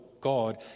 God